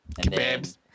Kebabs